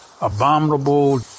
abominable